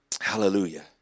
Hallelujah